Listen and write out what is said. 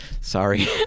Sorry